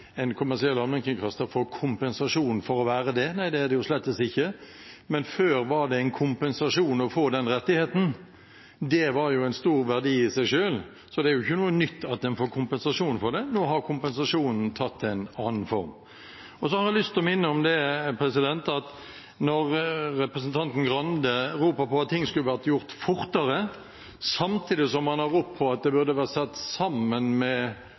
kommersiell allmennkringkaster får kompensasjon for å være det. Nei, det er det slett ikke. Men før var det en kompensasjon å få den rettigheten, og det var en stor verdi i seg selv, så det er ikke noe nytt at en får kompensasjon for det. Nå har kompensasjonen tatt en annen form. Så har jeg lyst til å minne om at når representanten Grande roper på at ting skulle vært gjort fortere, samtidig som han har ropt på at dette burde vært sett sammen med